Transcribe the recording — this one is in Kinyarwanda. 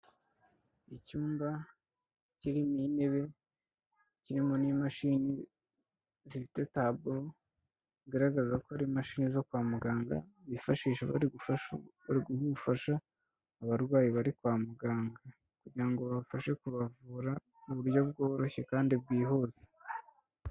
Icyumba kirimo intebe kirimo n'imashini zifite taburo zigaragaza ko hari imashini zo kwa muganga bifashisha bari guha ubufasha abarwayi bari kwa muganga kugira ngo babafashe kubavura mu buryo bworoshye kandi bwihuse.